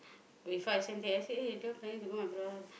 before I send that I say eh